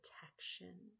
protection